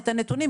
את הנתונים,